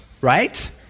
right